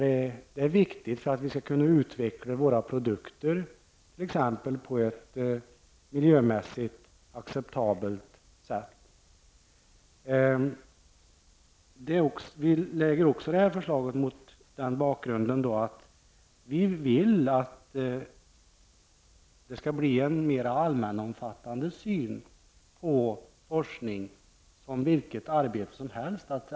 Det är viktigt för att vi skall kunna utveckla våra produkter bl.a. på ett miljömässigt acceptabelt sätt. Vi lägger detta förslag även mot bakgrund av att vi vill att det skall bli en mer allmänomfattande syn på forskning som vilket arbete som helst.